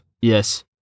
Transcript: yes